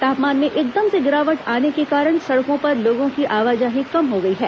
तापमान में एकदम से गिरावट आने के कारण सड़कों पर लोगों की आवाजाही कम हो गई है